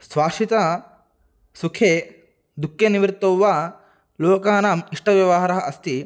स्वाश्रिते सुखे दुःखे निवृतौ वा लोकानाम् इष्टव्यवहारः अस्ति